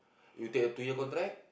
you take a two year contract